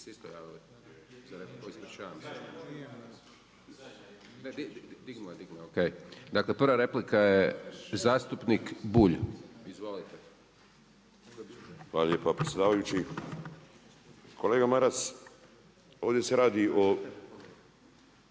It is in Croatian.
Dakle prva replika je zastupnik Bulj. Izvolite. **Bulj, Miro (MOST)** Hvala lijepa predsjedavajući. Kolega Maras, ovdje se radi o